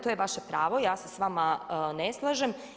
To je vaše pravo, ja se s vama ne slažem.